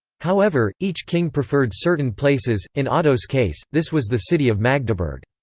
however, each king preferred certain places in otto's case, this was the city of magdeburg.